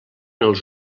els